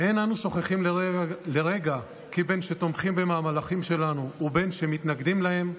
"אין אנו שוכחים לרגע כי בין שתומכים במהלכים שלנו ובין שמתנגדים להם,